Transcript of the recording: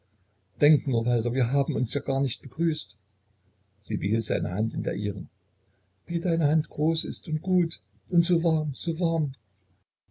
denk nur walther wir haben uns ja gar nicht begrüßt sie behielt seine hand in der ihren wie deine hand groß ist und gut und so warm so warm